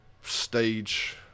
stage